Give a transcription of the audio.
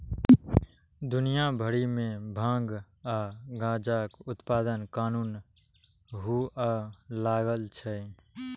दुनिया भरि मे भांग आ गांजाक उत्पादन कानूनन हुअय लागल छै